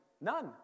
none